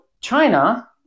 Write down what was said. China